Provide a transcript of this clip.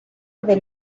del